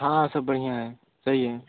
हाँ सब बढ़िया हैं सही है